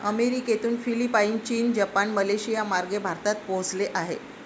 अमेरिकेतून फिलिपाईन, चीन, जपान, मलेशियामार्गे भारतात पोहोचले आहे